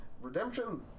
Redemption